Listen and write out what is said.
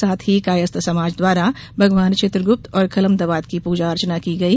साथ ही कायस्थ समाज द्वारा भगवान चित्रगुप्त और कलम दवात की पूजा अर्चना की गई